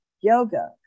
yoga